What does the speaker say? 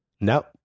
Nope